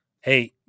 hey